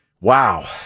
Wow